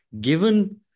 given